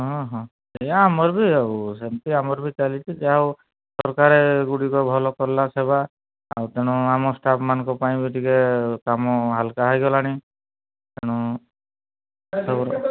ହଁ ହଁ ଏ ଆମର ବି ଆଉ ସେମିତି ଆମର ବି ଚାଲିଛି ଯାହା ହେଉ ସରକାର ଏ ଗୁଡ଼ିକ କଲା ଭଲ ସେବା ଆଉ ତେଣୁ ଆମ ଷ୍ଟାଫ୍ମାନଙ୍କ ପାଇଁ ଟିକେ କାମ ହାଲକା ହୋଇଗଲାଣି ତେଣୁ ସବୁ